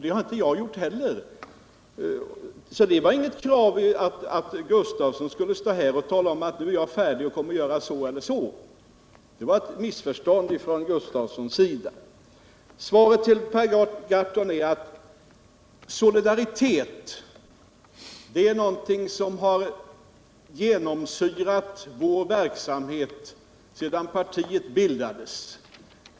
Det har inte jag gjort heller. Det var alltså inget krav från mig att Rune Gustavsson här skulle tala om: Nu är jag färdig, och jag tänker göra på det här sättet. Det var ett missförstånd från Rune Gustavsson. Svaret till Per Gahrton är: Solidaritet är någonting som har genomsyrat vår verksamhet sedan partiet bildades.